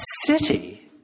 city